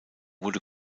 wurde